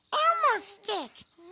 elmo's stick.